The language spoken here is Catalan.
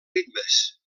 ritmes